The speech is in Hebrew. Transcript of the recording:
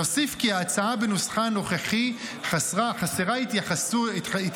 נוסיף כי ההצעה בנוסחה הנוכחי חסרה התייחסויות